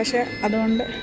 പക്ഷെ അതുകൊണ്ട്